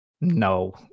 No